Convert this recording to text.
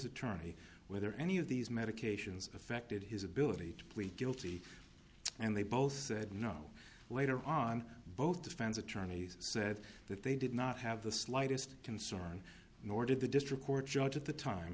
attorney whether any of these medications affected his ability to plead guilty and they both said no later on both defense attorneys said that they did not have the slightest concern nor did the district court judge at the time